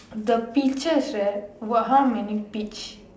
the peaches right what how many peach